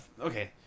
Okay